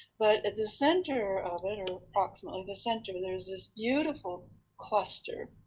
but at the center of it, or approximately the center, there's this beautiful cluster